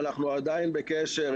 ואנחנו עדיין בקשר,